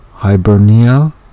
Hibernia